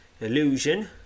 Illusion